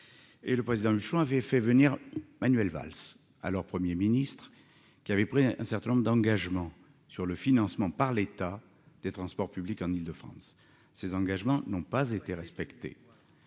Jean-Paul Huchon avait alors fait venir Manuel Valls, Premier ministre, qui avait pris un certain nombre d'engagements sur le financement par l'État des transports publics en Île-de-France. Ces engagements n'ont pas été respectés.